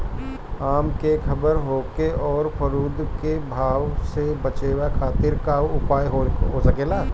आम के खराब होखे अउर फफूद के प्रभाव से बचावे खातिर कउन उपाय होखेला?